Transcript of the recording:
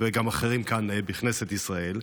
וגם אחרים כאן, בכנסת ישראל.